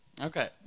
Okay